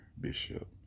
bishop